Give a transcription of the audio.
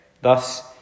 Thus